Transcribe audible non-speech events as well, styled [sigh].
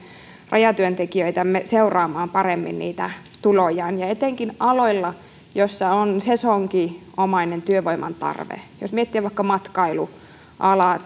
rajatyöntekijöitämme seuraamaan paremmin tulojaan etenkin aloilla joilla on sesonginomainen työvoiman tarve jos miettii vaikka matkailualaa [unintelligible]